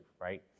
right